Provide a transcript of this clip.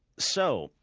so,